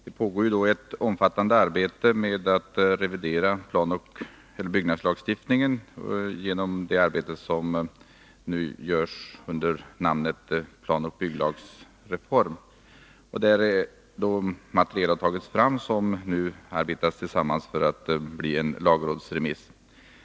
Herr talman! Det pågår i dag ett omfattande arbete med att revidera planoch byggnadslagstiftningen under namnet planoch bygglagsreform. Där har materialet tagits fram som nu arbetas samman för att bilda underlag för en lagrådsremiss.